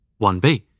1B